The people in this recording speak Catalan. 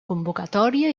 convocatòria